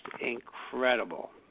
incredible